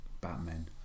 Batman